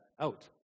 out